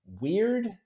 weird